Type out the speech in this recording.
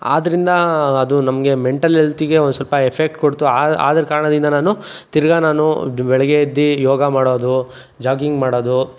ಆದ್ದರಿಂದ ಅದು ನಮಗೆ ಮೆಂಟಲ್ ಎಲ್ತಿಗೆ ಒಂದ್ಸ್ವಲ್ಪ ಎಫೆಕ್ಟ್ ಕೊಡ್ತು ಆದ ಕಾರಣದಿಂದ ನಾನು ತಿರ್ಗಾ ನಾನು ದ್ ಬೆಳಗ್ಗೆ ಎದ್ದು ಯೋಗ ಮಾಡೋದು ಜಾಗಿಂಗ್ ಮಾಡೋದು